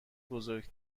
بزرگ